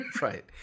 Right